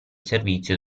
servizio